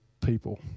people